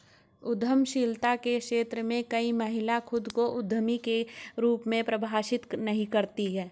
उद्यमशीलता के क्षेत्र में कई महिलाएं खुद को उद्यमी के रूप में परिभाषित नहीं करती